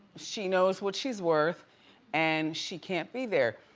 she knows what she's worth and she can't be there.